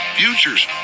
futures